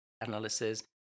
analysis